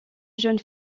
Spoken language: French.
jeunes